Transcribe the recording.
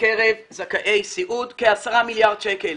בקרב זכאי סיעוד, כעשרה מיליארד שקל.